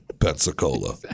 Pensacola